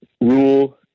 rule